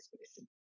expedition